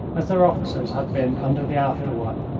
as their officers had been under the after one,